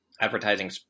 advertising